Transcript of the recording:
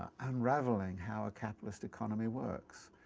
unraveling how a capitalist economy works.